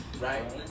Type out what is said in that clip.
right